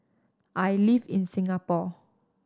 I live in Singapore